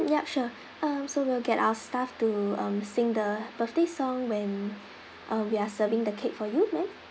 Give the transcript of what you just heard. yup sure uh so we'll get our staff to um sing the birthday song when uh we are serving the cake for you ma'am